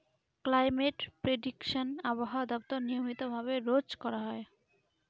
climate prediction আবহাওয়া দপ্তর নিয়মিত ভাবে রোজ করা হয়